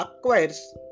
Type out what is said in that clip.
acquires